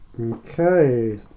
Okay